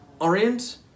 orient